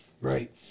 right